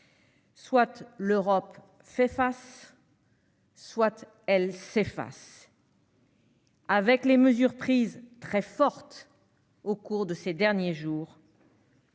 Soit l'Europe fait face, soit elle s'efface. Avec les mesures très fortes prises au cours de ces derniers jours,